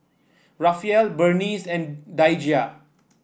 Rafael Berneice and Daijah